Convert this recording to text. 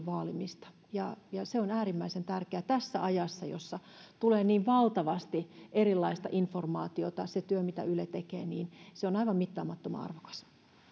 vaalimista se on äärimmäisen tärkeää tässä ajassa jossa tulee niin valtavasti erilaista informaatiota se työ mitä yle tekee on aivan mittaamattoman arvokas